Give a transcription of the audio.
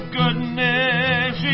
goodness